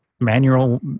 manual